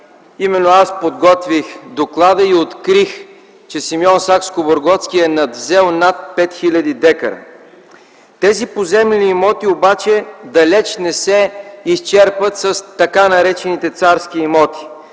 именно аз подготвих доклада и открих, че Симеон Сакскобургготски е надвзел над 5 хил. дка. Тези поземлени имоти обаче далеч не се изчерпват с така наречените царски имоти.